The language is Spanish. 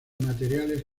materiales